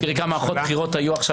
תזכרי כמה מערכות בחירות היו עכשיו